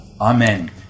Amen